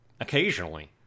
Occasionally